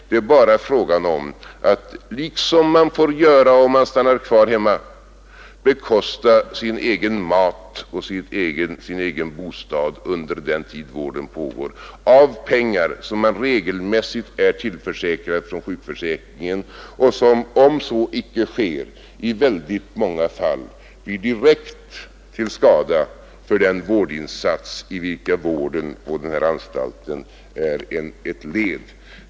Det är bara fråga om att — liksom man får göra om man stannar kvar hemma — bekosta sin egen mat och sin egen bostad under den tid vården pågår av pengar som man regelmässigt är tillförsäkrad från sjukförsäkringen och som, om så icke sker, i väldigt många fall blir direkt till skada för den vårdinsats i vilken vården på den här anstalten är ett led.